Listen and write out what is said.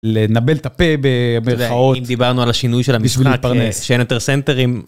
לנבל את הפה במירכאות. אתה יודע, אם דיברנו על השינוי של המשחק -בשביל להתפרנס. -שאין יותר סנטרים.